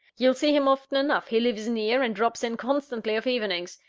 you'll see him often enough he lives near, and drops in constantly of evenings.